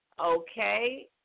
Okay